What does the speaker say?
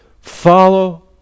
follow